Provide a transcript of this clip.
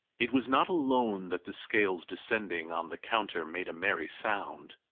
it was not alone that the scales descending on the counter made a merry sound,